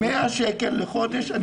100 שקלים לחודש.